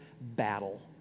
battle